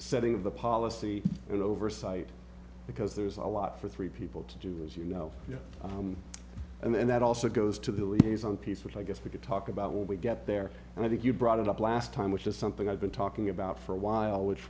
setting of the policy and oversight because there's a lot for three people to do was you know and that also goes to the liaison piece which i guess we could talk about when we get there and i think you brought it up last time which is something i've been talking about for a while which